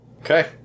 Okay